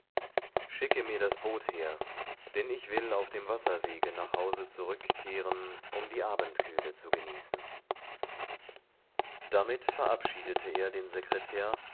schicke mir das boot her denn ich will auf dem wasserwege nach hause zurückkehren um die abendkühle zu genießen damit verabschiedete er den sekretär